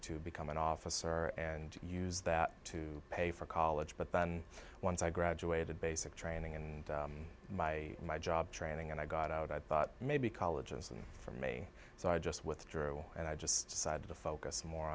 to become an officer and use that to pay for college but then once i graduated basic training and by my job training and i got out i thought maybe college isn't for me so i just withdrew and i just decided to focus more